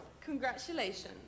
Congratulations